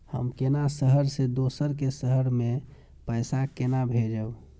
हम केना शहर से दोसर के शहर मैं पैसा केना भेजव?